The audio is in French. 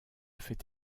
fait